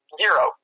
zero